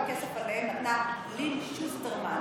את כל הכסף עליהם נתנה לין שוסטרמן,